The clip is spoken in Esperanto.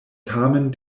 tamen